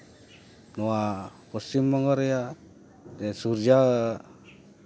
ᱱᱚᱣᱟ ᱯᱚᱥᱪᱤᱢᱵᱚᱝᱜᱚ ᱨᱮᱭᱟᱜ ᱥᱩᱨᱡᱟ